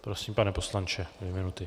Prosím, pane poslanče, dvě minuty.